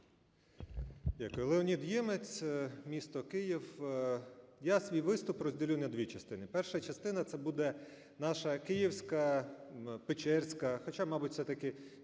Л.О. Леонід Ємець, місто Київ. Я свій виступ розділю на дві частини. Перша частина – це буде наша, київська, печерська, хоча, мабуть, все-таки